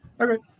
Okay